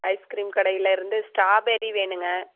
ice cream கடையில் இருந்து strawberry வேணுங்க